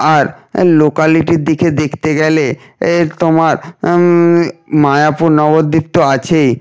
আর লোকালিটির দিকে দেখতে গেলে তোমার মায়াপুর নবদ্বীপ তো আছেই